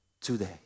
today